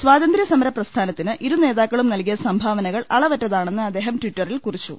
സ്വാതന്ത്ര്യസമര പ്രസ്ഥാനത്തിന് ഇരുനേതാക്കളും നൽകിയ സംഭാവനകൾ അളവറ്റതാണെന്ന് അദ്ദേഹം ടിറ്ററിൽ കുറിച്ചു